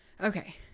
Okay